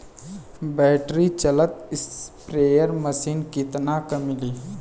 Battery चलत sprayer machine कितना क मिली?